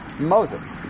Moses